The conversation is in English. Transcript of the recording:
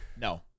No